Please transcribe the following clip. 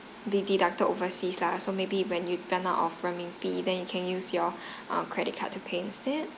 be deducted overseas lah so maybe when you run out of renminbi then you can use your uh credit card to pay instead